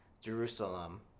Jerusalem